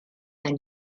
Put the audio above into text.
then